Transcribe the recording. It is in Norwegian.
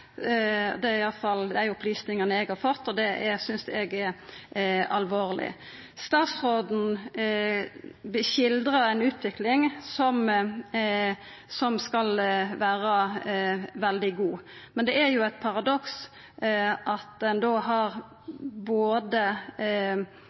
Det er iallfall dei opplysingane eg har fått, og det synest eg er alvorleg. Statsråden skildrar ei utvikling som skal vera veldig god. Men da er det eit paradoks at ein har